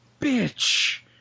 bitch